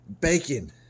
bacon